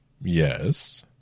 Yes